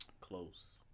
Close